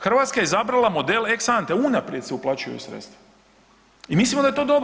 Hrvatska je izabrala model ex ante, unaprijed se uplaćuju sredstva i mislimo da je to dobro.